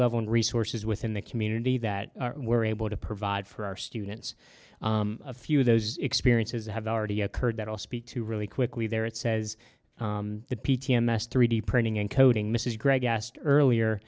level and resources within the community that we're able to provide for our students a few of those experiences have already occurred that all speak to really quickly there it says the p t s three d printing and coding mrs gregg asked earlier